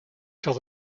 till